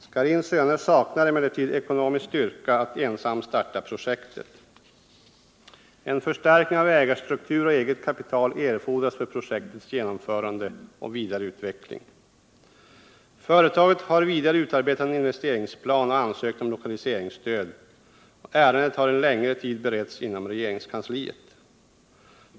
Scharins Söner saknar emellertid ekonomisk styrka att ensamt starta projektet. En förstärkning av ägarstruktur och eget kapital erfordras för projektets genomförande och vidareutveckling. Företaget har vidare utarbetat en investeringsplan och ansökt om lokaliseringsstöd. Ärendet har en längre tid beretts inom regeringskansliet.